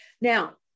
now